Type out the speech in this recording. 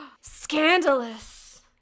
scandalous